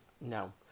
No